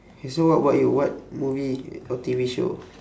so what what you what movie or T_V show